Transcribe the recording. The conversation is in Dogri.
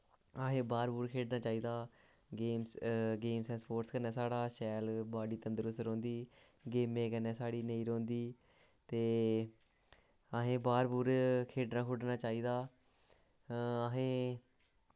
असें बाह्र बूह्र खेढन चाहिदा गेम्स स्पोटस कन्नै साढ़ा शैल बॉड्डी तंदरुस्त रौंह्दी गेमें कन्नै साढ़ी नेईं रौंह्दी ते असें गी बाह्र बूह्र खेढना खूढना चाहिदा असें गी